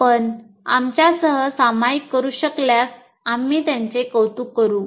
आपण आमच्यासह सामायिक करू शकल्यास आम्ही त्यांचे कौतुक करू